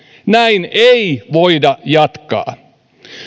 näin ei voida jatkaa